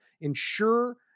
Ensure